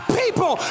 people